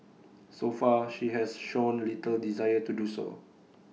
so far she has shown little desire to do so